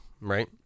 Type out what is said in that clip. right